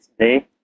today